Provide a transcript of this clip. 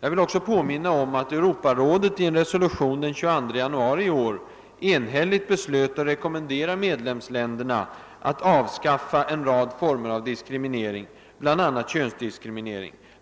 Jag vill påminna om att Europarådet i en resolution den 22 januari i år enhälligt beslöt rekommendera medlemsländerna att avskaffa en rad former av diskriminering, bl.a. könsdiskriminering.